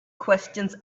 questions